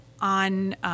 on